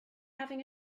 having